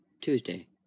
Tuesday